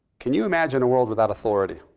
can you imagine a world without authority?